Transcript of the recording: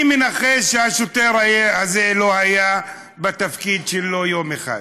אני מנחש שהשוטר הזה לא היה בתפקיד שלו יום אחד.